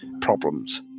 problems